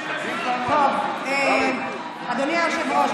אדוני היושב-ראש,